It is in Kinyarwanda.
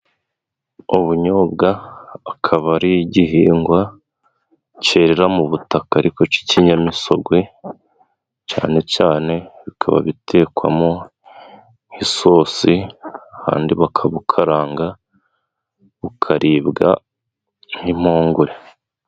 Ubunyobwa akaba ari igihingwa cyera mu butaka ariko k'ikinyamisogwe ,cyane cyane bikaba bitekwamo nk'isosi kandi bakabukaranga bukaribwa nk'impungure.